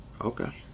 Okay